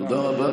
תודה רבה.